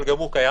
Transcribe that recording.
אבל גם הוא קיים